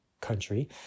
country